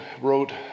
wrote